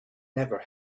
never